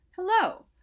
Hello